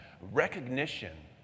recognition